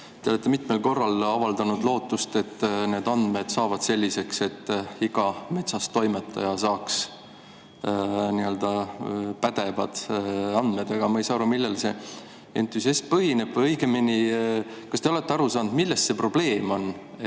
Te olete mitmel korral avaldanud lootust, et need saavad selliseks, et iga metsas toimetaja saaks pädevaid andmeid. Aga ma ei saa aru, millel see entusiasm põhineb. Õigemini, kas te olete aru saanud, milles see probleem on,